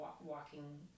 walking